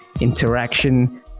interaction